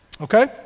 Okay